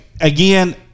again